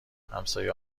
همسایه